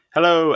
Hello